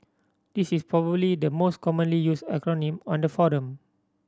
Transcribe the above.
this is probably the most commonly used acronym on the forum